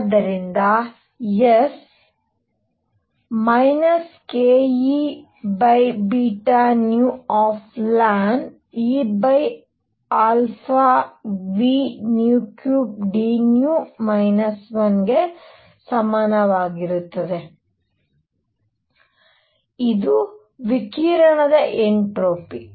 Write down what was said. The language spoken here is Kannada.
ಆದ್ದರಿಂದ S kEβνln⁡EV3dν 1 ಗೆ ಸಮಾನವಾಗಿರುತ್ತದೆ ಇದು ವಿಕಿರಣದ ಎನ್ಟ್ರೋಪಿ